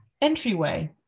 entryway